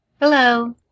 Hello